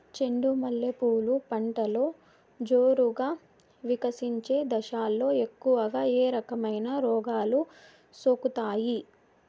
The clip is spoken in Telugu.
చెండు మల్లె పూలు పంటలో జోరుగా వికసించే దశలో ఎక్కువగా ఏ రకమైన రోగాలు సోకుతాయి?